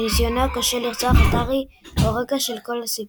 וניסיונו הכושל לרצוח את הארי הוא הרקע של כל הסיפור.